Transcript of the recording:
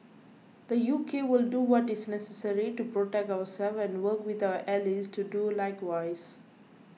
the U K will do what is necessary to protect ourselves and work with our allies to do likewise